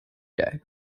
day